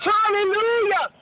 Hallelujah